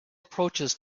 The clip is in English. approaches